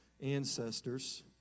ancestors